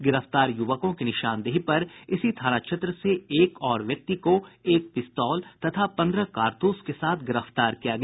गिरफ्तार युवकों की निशानदेही पर इसी थाना क्षेत्र से एक और व्यक्ति को एक पिस्तौल तथा पन्द्रह कारतूस के साथ गिरफ्तार किया गया